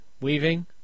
Weaving